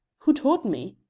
who taught me?